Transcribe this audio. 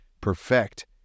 perfect